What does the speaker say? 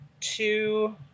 two